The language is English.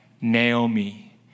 Naomi